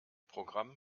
programm